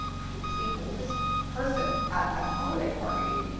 i was the oldest person at that holiday party.